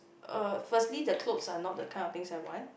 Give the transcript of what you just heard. uh firstly the clothes are not the kind of things I want